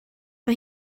mae